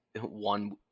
one